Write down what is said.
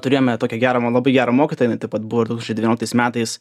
turėjome tokią gerą man labai gerą mokytoją jinai taip pat buvo du tūkstančiai devynioliktais metais